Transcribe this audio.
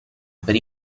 per